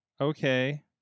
Okay